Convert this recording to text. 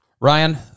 Ryan